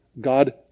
God